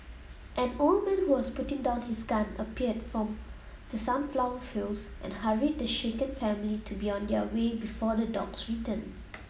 an old man who was putting down his gun appeared from the sunflower fields and hurried the shaken family to be on their way before the dogs return